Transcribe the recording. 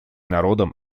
народом